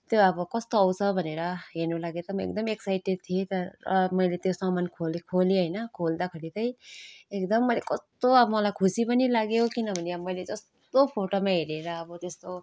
त्यो अब कस्तो आउँछ भनेर हेर्नु लागि त म एकदम एक्साइटेड थिएँ र मैले त्यो सामान खोलेँ खोलेँ होइन खोल्दाखेरि चाहिँ एकदम मैले कस्तो अब मलाई खुसी पनि लाग्यो किनभने अब मैले जस्तो फोटोमा हेरेर अब त्यस्तो